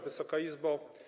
Wysoka Izbo!